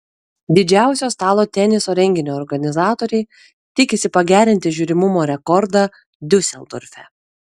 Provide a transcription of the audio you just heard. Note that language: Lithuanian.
didžiausio stalo teniso renginio organizatoriai tikisi pagerinti žiūrimumo rekordą diuseldorfe